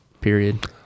period